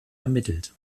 ermittelt